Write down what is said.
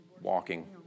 walking